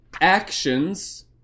actions